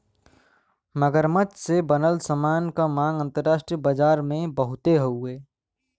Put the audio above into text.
मगरमच्छ से बनल सामान के मांग अंतरराष्ट्रीय बाजार में बहुते हउवे